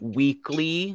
weekly